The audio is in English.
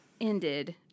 ended